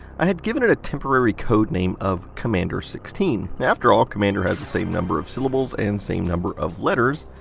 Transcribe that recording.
i had given it a temporary code-name of commander sixteen. after all, commander has the same number of syllables and same number of letters,